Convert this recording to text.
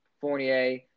Fournier